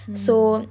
mm